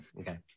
Okay